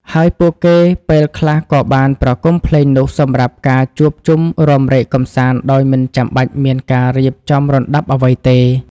ហើយពួកគេពេលខ្លះក៏បានប្រគំភ្លេងនោះសម្រាប់ការជួបជុំរាំរែកកម្សាន្ដដោយមិនចាំបាច់មានការរៀបចំរណ្ដាប់អ្វីទេ។